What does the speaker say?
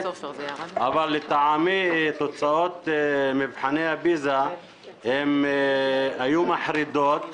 אבל לטעמי תוצאות מבחני הפיזה היו מחרידות,